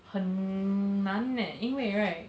很难 leh 因为 right